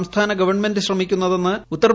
സംസ്ഥാന ഗവൺമെന്റ് ശ്രമിക്കുന്നതെന്ന് യു